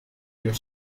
your